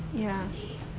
ya